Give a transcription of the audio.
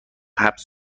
حبس